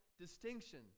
distinction